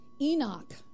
Enoch